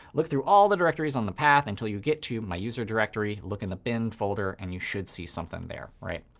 look through all the directories on the path until you get to my user directory, look in the bin folder, and you should see something there, right?